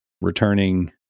returning